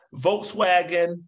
Volkswagen